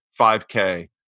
5k